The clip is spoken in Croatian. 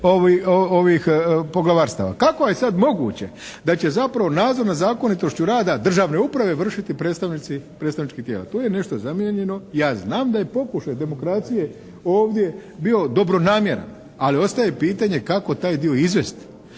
ovih poglavarstava. Kako je sad moguće da će zapravo nadzor nad zakonitošću rada državne uprave vršiti predstavnici predstavničkih tijela? To je nešto zamijenjeno. Ja znam da je pokušaj demokracije ovdje bio dobronamjeran, ali ostaje pitanje kako taj dio izvesti?